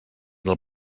del